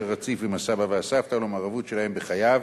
רציף עם הסבא והסבתא ולמעורבות שלהם בחייו,